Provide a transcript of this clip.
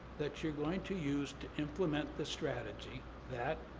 that you're going to use to implement the strategy that,